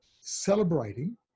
celebrating